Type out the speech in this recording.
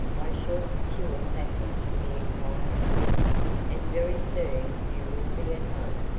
i shall secure passage for the entire party and very soon you will be at home.